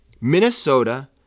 Minnesota